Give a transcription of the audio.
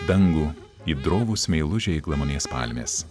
dangų it drovūs meilužiai glamonės palmės